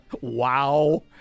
wow